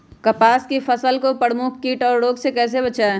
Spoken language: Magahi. कपास की फसल को प्रमुख कीट और रोग से कैसे बचाएं?